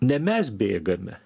ne mes bėgame